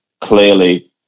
clearly